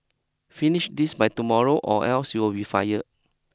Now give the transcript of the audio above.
finish this by tomorrow or else you'll be fired